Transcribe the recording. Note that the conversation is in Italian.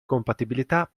compatibilità